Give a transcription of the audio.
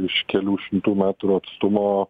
iš kelių šimtų metrų atstumo